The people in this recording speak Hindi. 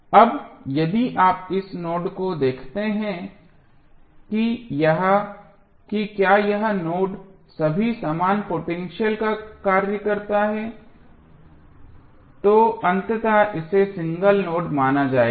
अब यदि आप इस नोड को देखते हैं कि क्या यह नोड सभी समान पोटेंशियल का कार्य करता है तो अंततः इसे सिंगल नोड माना जाएगा